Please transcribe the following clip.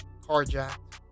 Carjacked